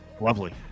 Lovely